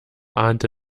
ahnte